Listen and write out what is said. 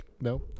no